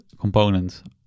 component